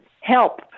help